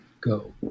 go